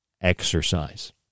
exercise